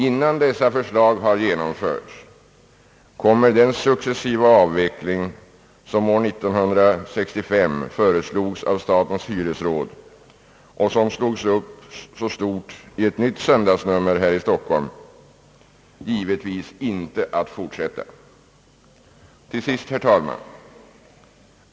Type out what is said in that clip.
Innan dessa åtgärder har genomförts kommer den successiva avveckling av hyresregleringen, som år 1965 föreslogs av statens hyresråd och som slogs upp så stort i ett nytt söndagsnummer här i Stockholm, givetvis inte att fortsätta. Herr talman!